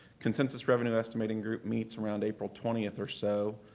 consensus revenue estimating group meets around april twentieth or so,